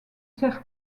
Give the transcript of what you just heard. sert